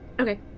Okay